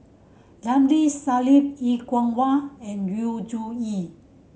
Ramli Sarip Er Kwong Wah and Yu Zhuye